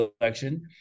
election